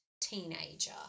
teenager